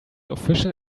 official